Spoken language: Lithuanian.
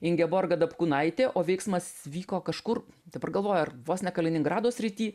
ingeborga dapkūnaitė o veiksmas vyko kažkur dabar galvoju ar vos ne kaliningrado srity